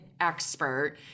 expert